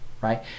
right